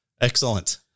Excellent